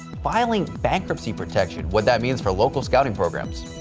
filing bankruptcy protection, what that means for local scouting programs.